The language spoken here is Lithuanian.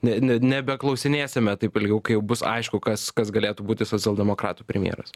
ne ne nebeklausinėsime taip ilgiau kai bus aišku kas kas galėtų būti socialdemokratų premjeras